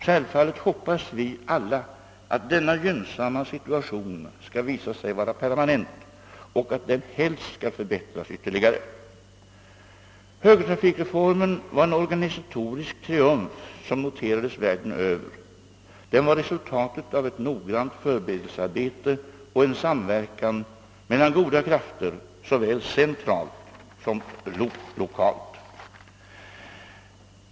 Självfallet hoppas vi alla att denna gynnsamma situation skall visa sig vara permanent och att den helst skall förbättras ytterligare. Högertrafikreformen var en organisatorisk triumf som noterades världen över. Den var resultatet av ett noggrant förberedelsearbete och en samverkan mellan goda krafter, såväl centralt som lokalt.